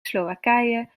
slowakije